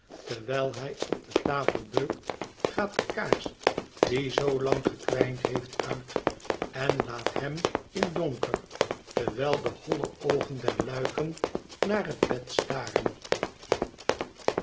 terwijl hij op de tafel beukt gaat de kaars die zoolang gekwijnd heeft uit en laat hem in donker terwijl de holle oogen der luiken naar het bed staren